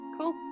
Cool